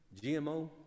GMO